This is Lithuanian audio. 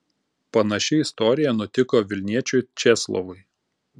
panaši istorija nutiko vilniečiui česlovui